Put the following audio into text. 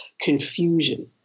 confusion